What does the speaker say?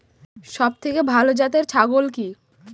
সবথেকে ভালো জাতের ছাগল কি?